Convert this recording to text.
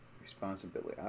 responsibility